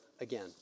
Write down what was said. again